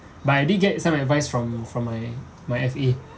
but I did get some advice from from my my F_A